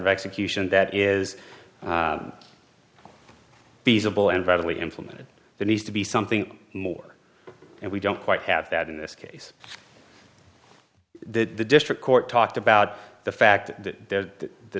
of execution that is feasible and readily implemented that needs to be something more and we don't quite have that in this case that the district court talked about the fact that the